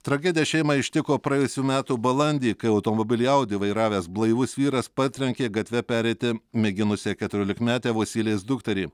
tragedija šeimą ištiko praėjusių metų balandį kai automobilį audi vairavęs blaivus vyras partrenkė gatve pereiti mėginusią keturiolikmetę vosylės dukterį